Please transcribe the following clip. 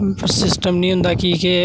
system निं होंदा की के